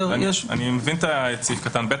אני מבין את סעיף (ב),